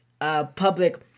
public